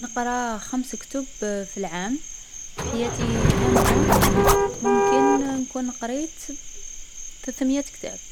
نقرا خمس كتب في العام. حياتي كاملة، ممكن نكون قريت ثلثمية كتاب.